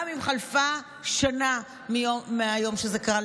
גם אם חלפה שנה מהיום שזה קרה.